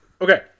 Okay